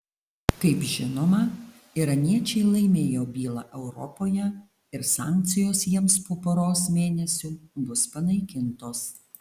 kaip žinoma iraniečiai laimėjo bylą europoje ir sankcijos jiems po poros mėnesių bus panaikintos